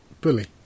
Bully